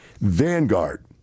Vanguard